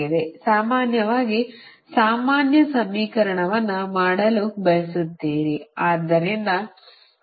ಸಾಮಾನ್ಯವಾಗಿ ಸಾಮಾನ್ಯ ಸಾಮಾನ್ಯೀಕರಣವನ್ನು ಮಾಡಲು ಬಯಸುತ್ತೀರಿ